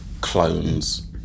clones